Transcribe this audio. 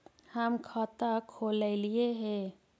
हम खाता खोलैलिये हे?